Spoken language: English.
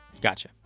Gotcha